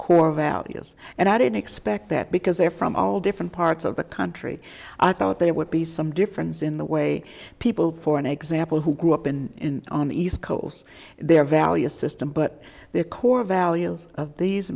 core values and i didn't expect that because they're from all different parts of the country i thought they would be some difference in the way people for an example who grew up in on the east coast their values system but their core values of these